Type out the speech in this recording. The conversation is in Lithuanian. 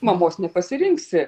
mamos nepasirinksi